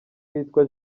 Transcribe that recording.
witwa